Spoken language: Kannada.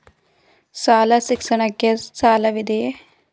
ಶಾಲಾ ಶಿಕ್ಷಣಕ್ಕೆ ಸಾಲವಿದೆಯೇ?